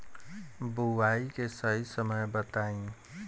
बुआई के सही समय बताई?